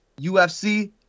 UFC